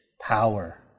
power